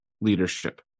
leadership